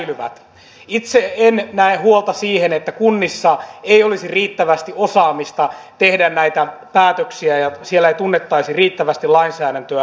itse en näe huolta siitä että kunnissa ei olisi riittävästi osaamista tehdä näitä päätöksiä ja siellä ei tunnettaisi riittävästi lainsäädäntöä